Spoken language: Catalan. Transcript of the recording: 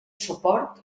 suport